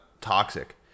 toxic